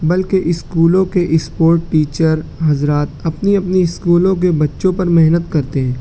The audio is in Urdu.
بلکہ اسکولوں کے اسپورٹ ٹیچر حضرات اپنی اپنی اسکولوں کے بچوں پر محنت کرتے ہیں